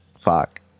fuck